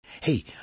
Hey